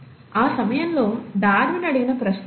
ఆ సమయంలో డార్విన్ అడిగిన ప్రశ్నలు ఇవి